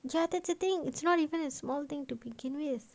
ya that's the thing it's not even a small thing to begin with